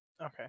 Okay